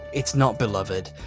it's not beloved.